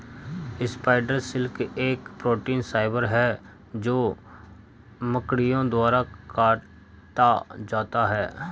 spider silk एक protein fibre है जो मकड़ियों द्वारा काता जाता है